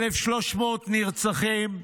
1,300 נרצחים,